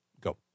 go